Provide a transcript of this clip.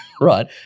Right